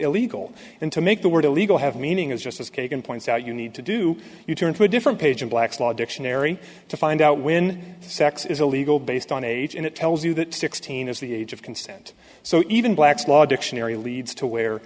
illegal and to make the word illegal have meaning as just as kagan points out you need to do you turn to a different page of black's law dictionary to find out when sex is illegal based on age and it tells you that sixteen is the age of consent so even black's law dictionary leads to where